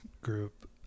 group